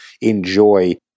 enjoy